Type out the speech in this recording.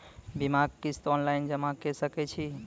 बीमाक किस्त ऑनलाइन जमा कॅ सकै छी?